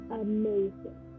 amazing